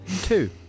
Two